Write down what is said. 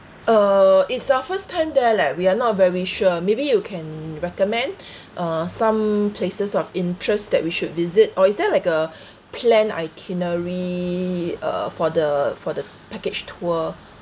uh it's our first time there like we are not very sure maybe you can recommend uh some places of interest that we should visit or is there like a planned itinerary uh for the for the package tour